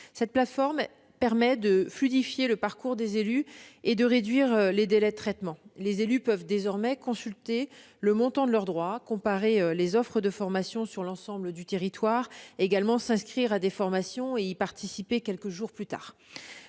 Cette plateforme permet de fluidifier le parcours des élus et de réduire les délais de traitement. Les élus peuvent désormais consulter le montant de leurs droits, comparer les offres de formation sur l'ensemble du territoire, s'inscrire à des formations et y participer quelques jours plus tard.